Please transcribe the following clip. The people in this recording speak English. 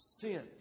sin